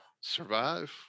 survive